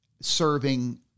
serving